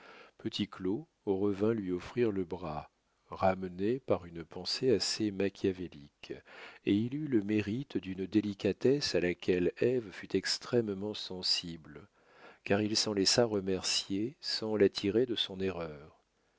petit claud revint lui offrir le bras ramené par une pensée assez machiavélique et il eut le mérite d'une délicatesse à laquelle ève fut extrêmement sensible car il s'en laissa remercier sans la tirer de son erreur